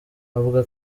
avuga